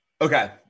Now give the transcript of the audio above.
Okay